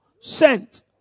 sent